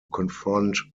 confront